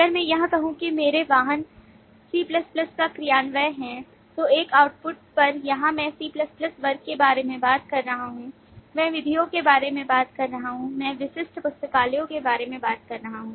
अगर मैं यह कहूं कि मेरे वाहन C का क्रियान्वयन है तो एक output पर यहां मैं C वर्ग के बारे में बात कर रहा हूं मैं विधियों के बारे में बात कर रहा हूं मैं विशिष्ट पुस्तकालयों के बारे में बात कर रहा हूं